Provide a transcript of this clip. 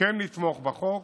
כן לתמוך בחוק,